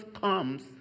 comes